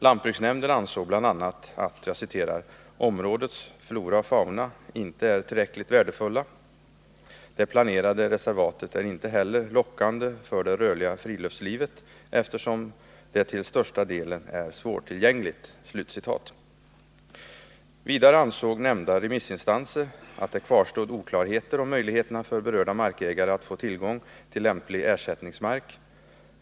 Lantbruksnämnden ansåg bl.a. att ”områdets flora och fauna” inte är tillräckligt värdefulla och framhöll: ”Det planerade reservatet är heller inte lockande för det rörliga friluftslivet eftersom det till största delen är svårtillgängligt.” Vidare ansåg nämnda remissinstanser att det kvarstod oklarheter om möjligheterna för berörda markägare att få tillgång till lämplig ersättningsmark.